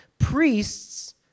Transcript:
Priests